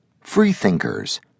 Freethinkers